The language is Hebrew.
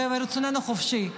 מרצוננו החופשי,